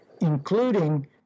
including